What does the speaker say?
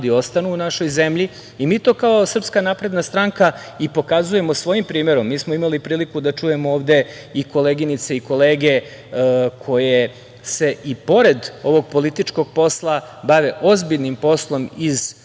ostanu u našoj zemlji. Mi to kao SNS i pokazujemo svojim primerom. Mi smo imali priliku da čujemo ovde koleginice i kolege koje se i pored ovog političkog posla bave ozbiljnim poslom iz